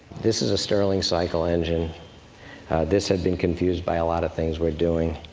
this is a stirling cycle engine this had been confused by a lot of things we're doing.